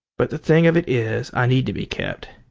but the thing of it is, i need to be kept.